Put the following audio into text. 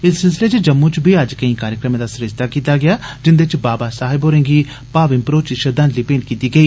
इस सिलसिले च जम्मू च बी अज्ज केई कार्यक्रमें दा सरिस्ता कीता गेआ जिन्दे च बाबा साहेब होरें गी भावे भरोची श्रद्वांजलि भेंट कीती गेई